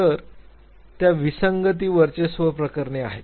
तर त्या विसंगती वर्चस्व प्रकरणे आहेत